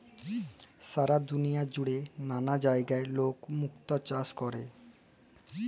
সারা দুলিয়া জুড়ে ম্যালা জায়গায় লক মুক্ত চাষ ক্যরে